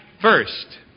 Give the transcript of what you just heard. first